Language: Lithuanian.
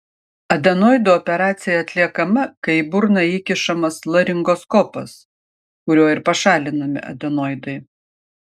adenoidų operacija atliekama kai į burną įkišamas laringoskopas kuriuo ir pašalinami adenoidai